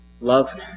love